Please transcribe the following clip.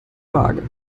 waage